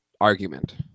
argument